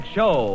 Show